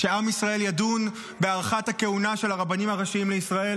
שעם ישראל ידון בהארכת הכהונה של הרבנים הראשיים לישראל?